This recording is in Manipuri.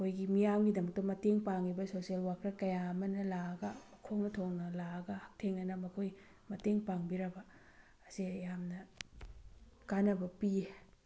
ꯑꯩꯈꯣꯏꯒꯤ ꯃꯤꯌꯥꯝꯒꯤꯗꯃꯛꯇ ꯃꯇꯦꯡ ꯄꯥꯡꯉꯤꯕ ꯁꯣꯁꯤꯌꯦꯜ ꯋꯥꯔꯀꯔ ꯀꯌꯥ ꯑꯃꯅ ꯂꯥꯛꯑꯒ ꯃꯈꯣꯡꯅ ꯊꯣꯡꯅ ꯂꯥꯛꯑꯒ ꯍꯛꯊꯦꯡꯅꯅ ꯃꯈꯣꯏ ꯃꯇꯦꯡ ꯄꯥꯡꯕꯤꯔꯕ ꯑꯁꯦ ꯌꯥꯝꯅ ꯀꯥꯅꯕ ꯄꯤꯌꯦ